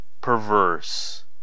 perverse